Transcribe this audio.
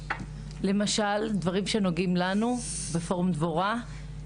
למשל, דברים שנוגעים לנו, בפורום דבורה.